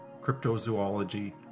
cryptozoology